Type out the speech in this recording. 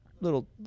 Little